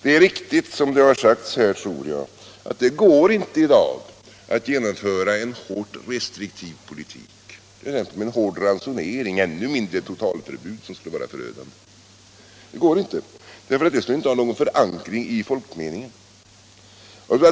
Jag tror att det är riktigt, som här har sagts, att det i dag inte går att genomföra en hårt restriktiv politik med en hård ransonering, ännu mindre totalförbud, som skulle vara förödande. Det skulle nämligen inte ha någon förankring i folkmeningen.